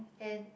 and